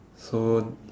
so